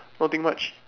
nothing much